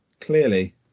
Clearly